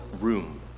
room